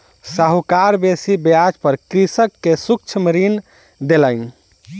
साहूकार बेसी ब्याज पर कृषक के सूक्ष्म ऋण देलैन